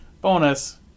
bonus